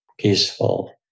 Peaceful